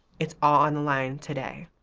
it's on the line today.